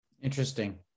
Interesting